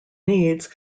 needs